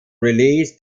release